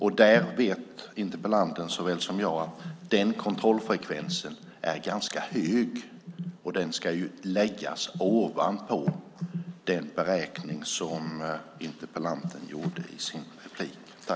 Interpellanten vet lika väl som jag att den kontrollfrekvensen är ganska hög. Det ska läggas ovanpå den beräkning som interpellanten gjorde i sitt inlägg.